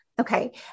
Okay